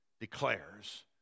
declares